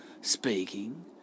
speaking